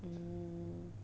hmm